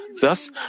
Thus